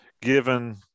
given